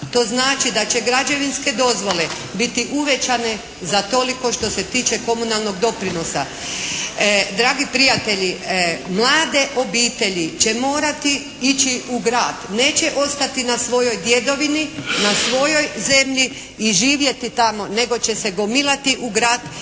To znači da će građevinske dozvole biti uvećane za toliko što se tiče komunalnog doprinosa. Dragi prijatelji mlade obitelji će morati ići u grad. Neće ostati na svojoj djedovini, na svojoj zemlji i živjeti tamo nego će se gomilati u grad jer